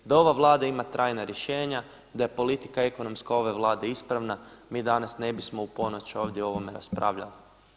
Da ova Vlada ima trajna rješenja, da je politika ekonomska ove Vlade ispravna mi danas ne bismo u ponoć ovdje o ovome raspravljali.